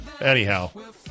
anyhow